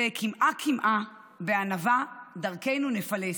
זה קמעה-קמעה, בענווה דרכנו נפלס.